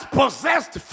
possessed